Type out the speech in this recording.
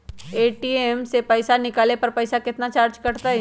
ATM से पईसा निकाले पर पईसा केतना चार्ज कटतई?